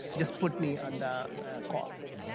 just put me on the call,